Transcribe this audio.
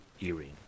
earring